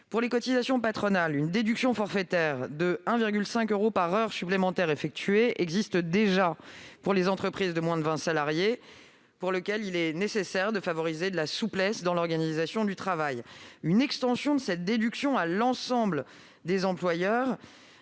Pour les cotisations patronales, une déduction forfaitaire de 1,5 euro par heure supplémentaire effectuée existe déjà pour les entreprises de moins de vingt salariés, pour lesquelles il est nécessaire de favoriser la souplesse dans l'organisation du travail. Une extension de cette déduction à l'ensemble des employeurs